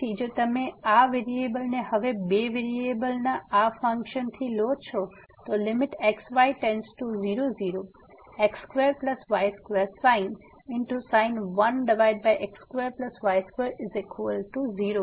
તેથી જો તમે આ વેરીએબલને હવે બે વેરીએબલના આ ફંક્શન થી લો છો lim⁡xy00x2y2sin 1x2y2 0